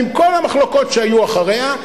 עם כל המחלוקות שהיו אחריה,